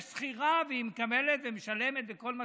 היא שכירה, והיא מקבלת ומשלמת וכל מה